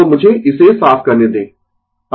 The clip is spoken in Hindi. तो मुझे इसे साफ करने दें